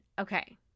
okay